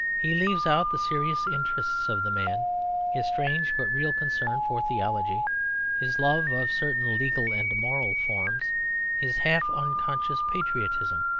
he leaves out the serious interests of the man his strange but real concern for theology his love of certain legal and moral forms his half-unconscious patriotism.